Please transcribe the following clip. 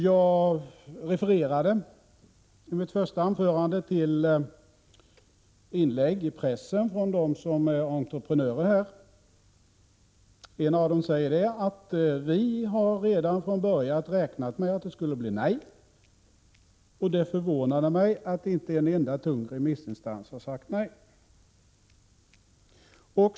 Jag refererade i mitt första anförande till inlägg i pressen från entreprenörer i detta sammanhang. En av dem säger: Vi har redan från början räknat med att det skulle bli nej. Det förvånade mig att inte en enda tung remissinstans har sagt nej.